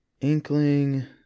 Inkling